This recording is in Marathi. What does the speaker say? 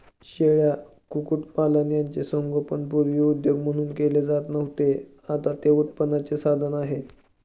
शेळ्या, कुक्कुटपालन यांचे संगोपन पूर्वी उद्योग म्हणून केले जात नव्हते, आता ते उत्पन्नाचे साधन आहे